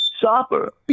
shopper